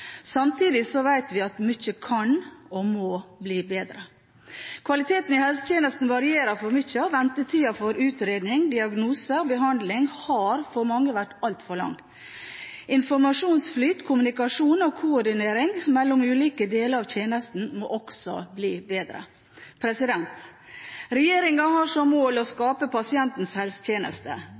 Samtidig vet vi at mye kan og må bli bedre. Kvaliteten i helsetjenestene varierer for mye, og ventetiden for utredning, diagnose og behandling har for mange vært altfor lang. Informasjonsflyt, kommunikasjon og koordinering mellom ulike deler av tjenesten må også bli bedre. Regjeringen har som mål å skape pasientens helsetjeneste.